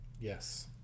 Yes